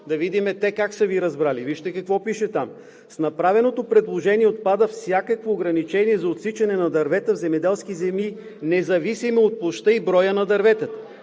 да видим те как са Ви разбрали. Вижте какво пише там: „С направеното предложение отпада всякакво ограничение за отсичане на дървета в земеделски земи, независимо от площта и броя на дърветата.“